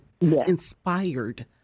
inspired